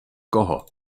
koho